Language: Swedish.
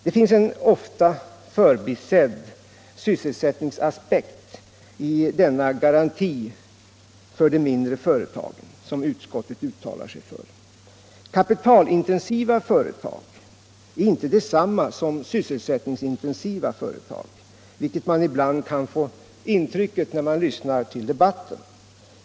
Det finns en ofta förbisedd sysselsättningsaspekt i denna garanti för de mindre företagen, som utskottet uttalar sig för. Kapitalintensiva företag är inte detsamma som sysselsättningsintensiva företag, vilket man ibland kan få intryck av när man lyssnar på debatten.